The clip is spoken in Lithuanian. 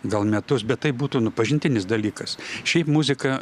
gal metus bet tai būtų nu pažintinis dalykas šiaip muzika